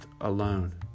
alone